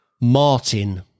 Martin